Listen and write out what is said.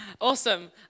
Awesome